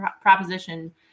Proposition